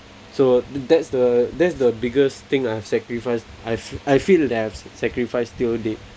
so that's the that's the biggest thing I've sacrificed I've I feel that I've sacrificed until date